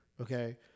okay